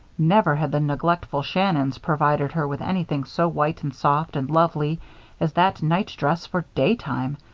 never had the neglectful shannons provided her with anything so white and soft and lovely as that night-dress for daytime,